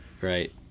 right